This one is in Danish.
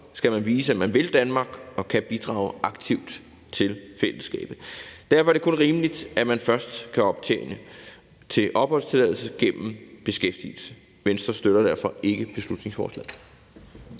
skal man vise, at man vil Danmark og kan bidrage aktivt til fællesskabet. Derfor er det kun rimeligt, at man først kan optjene til opholdstilladelse gennem beskæftigelse. Venstre støtter derfor ikke beslutningsforslaget.